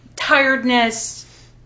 Tiredness